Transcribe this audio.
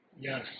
Yes